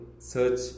Search